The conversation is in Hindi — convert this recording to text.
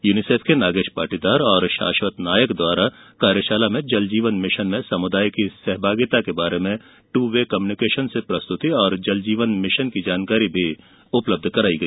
यूनिसेफ के नागेश पाटीदार व शाश्वत नायक द्वारा कार्यशाला में जल जीवन मिशन में समुदाय की सहभागिता के बारे में ट् वे कम्युनिकेशन से प्रस्तुति एवं जल जीवन मिशन की जानकारी उपलब्ध करवाई गई